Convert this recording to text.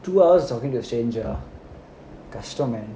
two hours talking to a stranger ah கஷ்டமா:kashtamaa